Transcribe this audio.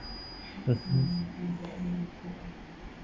mm